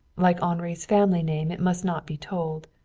like henri's family name, it must not be told.